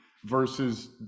versus